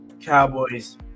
Cowboys